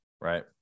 right